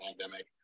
pandemic